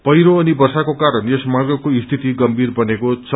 पहिरो अनि वर्षाको कारण यस मार्गको स्थिति गम्भीर बनेको छ